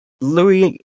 Louis